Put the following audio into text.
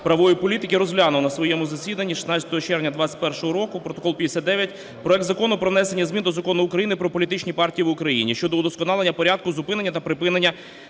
правової політики розглянув на своєму засіданні (16 червня 21-го року, протокол 59) проект Закону про внесення змін до Закону України "Про політичні партії в Україні" щодо удосконалення порядку зупинення та припинення